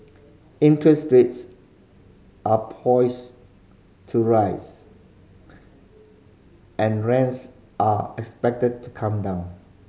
interest rates are poised to rise and rents are expected to come down